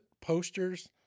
posters